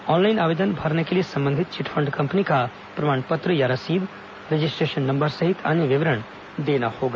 online आवेदन भरने के लिए संबंधित चिटफंड कंपनी का प्रमाण पत्र या रसीद रजिस्ट्रेशन नंबर सहित अन्य विवरण देना होगा